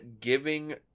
giving